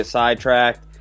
sidetracked